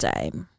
Time